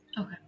Okay